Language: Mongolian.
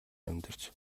амьдарч